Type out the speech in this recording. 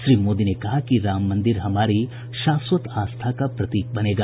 श्री मोदी ने कहा कि राम मन्दिर हमारी शाश्वत आस्था का प्रतीक बनेगा